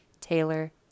Taylor